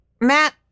Matt